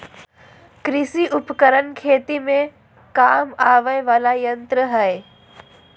कृषि उपकरण खेती में काम आवय वला यंत्र हई